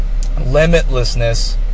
limitlessness